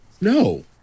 No